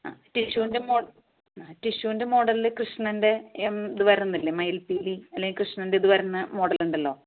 ആ ടിഷ്യൂൻറെ മോ ആ ടിഷ്യൂൻറെ മോഡലിൽ കൃഷ്ണൻറെ എം ഇത് വരുന്നില്ലേ മയിൽ പീലി അല്ലെങ്കിൽ കൃഷ്ണൻറെ ഇതു വരുന്ന മോഡൽ ഉണ്ടല്ലോ